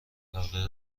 علاقه